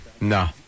No